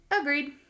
Agreed